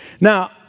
Now